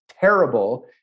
terrible